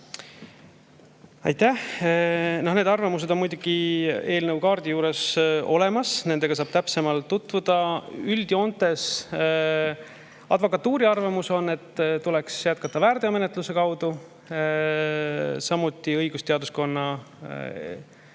Aitäh! No need arvamused on eelnõu kaardi juures olemas, nendega saab täpsemalt tutvuda. Üldjoontes advokatuuri arvamus on, et tuleks jätkata väärteomenetluse kaudu, samuti õigusteaduskonna